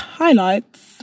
highlights